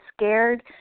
scared